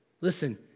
Listen